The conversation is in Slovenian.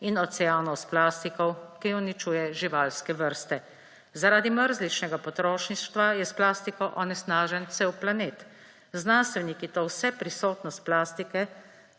in oceanov s plastiko, ki uničuje živalske vrste. Zaradi mrzličnega potrošništva je s plastiko onesnažen cel planet. Znanstveniki to vseprisotnost plastike